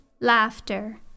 laughter